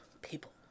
people